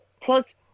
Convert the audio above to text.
Plus